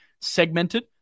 segmented